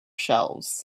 shelves